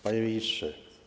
Panie Ministrze!